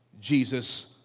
Jesus